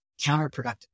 counterproductive